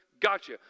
gotcha